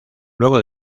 luego